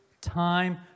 time